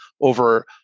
over